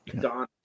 Don